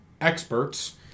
experts